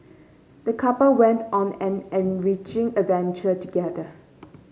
the couple went on an enriching adventure together